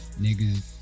niggas